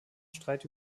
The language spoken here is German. streit